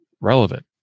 relevant